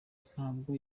ntabwo